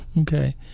Okay